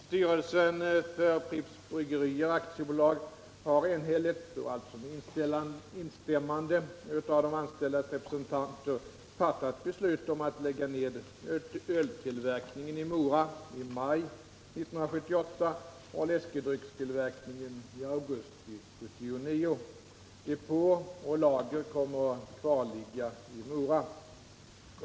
Styrelsen för AB Pripps Bryggerier har enhälligt, alltså med instämmande av de anställdas representanter, fattat beslut om att lägga ned öltillverkningen i Mora i maj 1978 och läskedryckstillverkningen i augusti 1979. Depå och lager kommer att kvarligga i Mora.